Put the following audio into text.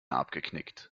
abgeknickt